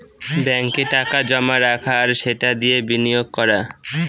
ব্যাঙ্কে টাকা জমা রাখা আর সেটা দিয়ে বিনিয়োগ করা